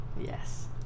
Yes